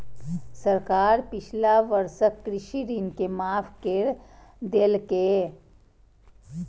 सरकार पिछला वर्षक कृषि ऋण के माफ कैर देलकैए